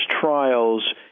trials